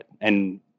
And-